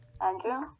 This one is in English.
andrew